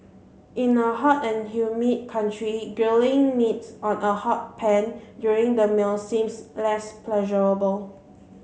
in a hot and humid country grilling meats on a hot pan during the meal seems less pleasurable